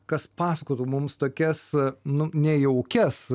kas pasakotų mums tokias nu nejaukias